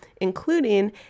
including